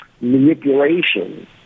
manipulation